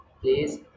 please